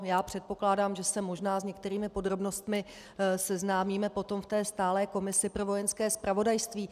Já předpokládám, že se možná s některými podrobnostmi seznámíme potom ve stálé komisi pro Vojenské zpravodajství.